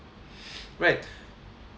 right